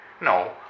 No